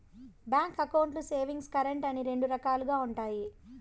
bank అకౌంట్లు savings, current అని రెండు రకాలుగా ఉంటాయి